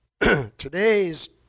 Today's